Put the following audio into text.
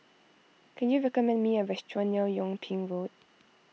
can you recommend me a restaurant near Yung Ping Road